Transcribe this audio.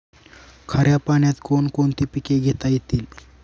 खाऱ्या पाण्यात कोण कोणती पिके घेता येतील?